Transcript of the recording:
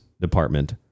Department